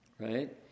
Right